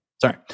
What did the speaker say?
Sorry